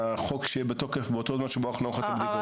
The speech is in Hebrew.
לחוק שיהיה בתוקף באותו זמן שבו נערוך את הבדיקות.